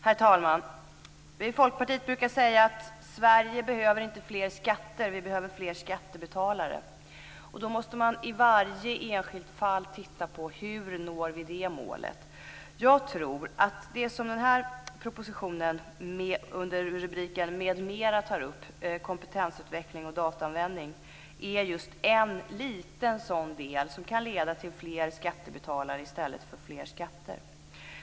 Herr talman! Vi i Folkpartiet brukar säga att Sverige inte behöver fler skatter utan fler skattebetalare. Då måste man i varje enskilt fall se på hur man når det målet. Jag tror att det som propositionen under rubriken "m.m." tar upp, dvs. kompetensutveckling och datoranvändning, är just en liten sådan del som kan leda till fler skattebetalare i stället för fler skatter.